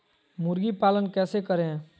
मुर्गी पालन कैसे करें?